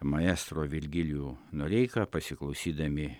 maestro virgilijų noreiką pasiklausydami